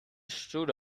stood